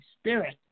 Spirit